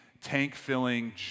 tank-filling